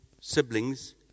siblings